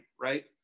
right